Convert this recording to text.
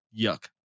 Yuck